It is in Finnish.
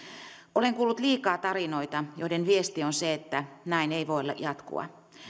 olen kuullut liikaa tarinoita joiden viesti on se että näin ei voi jatkua